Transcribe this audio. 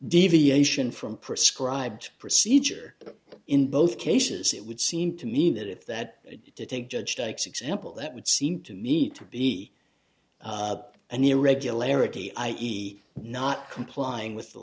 deviation from prescribed procedure in both cases it would seem to me that if that to take judge dykes example that would seem to need to be an irregularity i e not complying with the